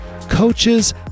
coaches